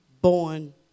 born